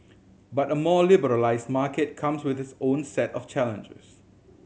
but a more liberalised market comes with its own set of challenges